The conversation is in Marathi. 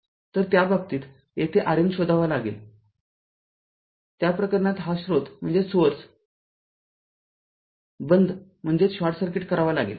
तर त्या बाबतीत येथे RN शोधावे लागेल त्या प्रकरणात हा स्रोत बंद म्हणेज शॉर्ट सर्किट करावा लागेल